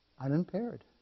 unimpaired